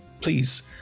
please